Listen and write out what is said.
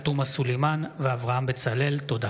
תודה.